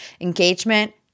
engagement